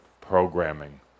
programming